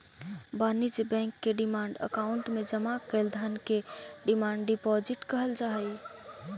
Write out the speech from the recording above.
वाणिज्य बैंक के demand account में जमा कैल धन के डिमांड डिपॉजिट कहल जा हई